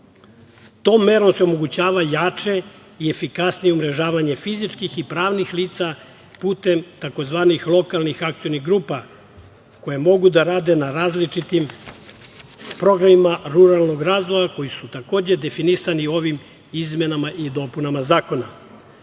Tom merom se omogućava jače i efikasnije umrežavanje fizičkih i pravnih lica, putem tzv. lokalnih akcionih grupa koje mogu da rade na različitim programima ruralnog razvoja koji su takođe definisani ovim izmenama i dopunama zakona,